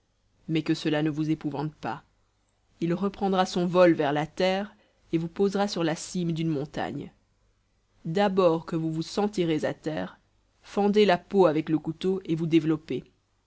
mais que cela ne vous épouvante pas il reprendra son vol vers la terre et vous posera sur la cime d'une montagne d'abord que vous vous sentirez à terre fendez la peau avec le couteau et vous développez